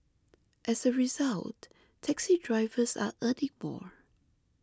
as a result taxi drivers are earning more